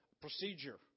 procedure